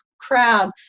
crowd